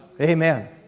Amen